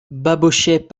babochet